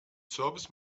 service